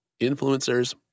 influencers